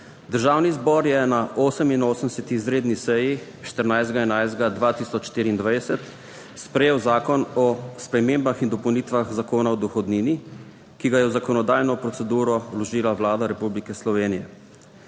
Državni zbor je na 88. izredni seji, 14. 11. 2024, sprejel Zakon o spremembah in dopolnitvah Zakona o dohodnini, ki ga je v zakonodajno proceduro vložila Vlada Republike Slovenije.